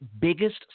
biggest